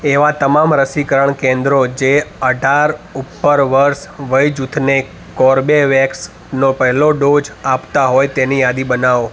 એવાં તમામ રસીકરણ કેન્દ્રો જે અઢાર વર્ષ ઉપર વયજૂથ ને કોર્બેવૅક્સનો પહેલો ડોઝ આપતાં હોય તેની યાદી બનાવો